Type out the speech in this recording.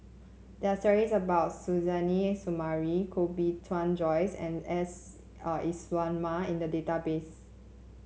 there are stories about Suzairhe Sumari Koh Bee Tuan Joyce and S Iswaran in the database